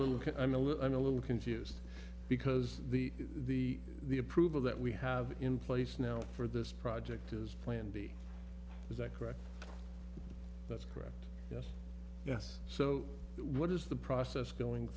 little i'm a little confused because the the the approval that we have in place now for this project is plan b is that correct that's correct yes yes so what is the process going